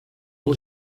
ele